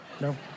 No